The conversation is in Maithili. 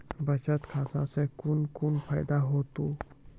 बचत खाता सऽ कून कून फायदा हेतु?